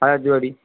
Hazarduari